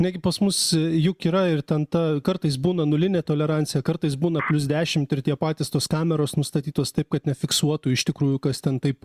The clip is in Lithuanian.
negi pas mus juk yra ir ten ta kartais būna nulinė tolerancija kartais būna plius dešimt ir tie patys tos kameros nustatytos taip kad nefiksuotų iš tikrųjų kas ten taip